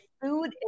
food